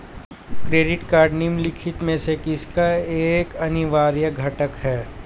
Credit card निम्नलिखित में से किसका एक अनिवार्य घटक है?